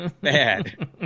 bad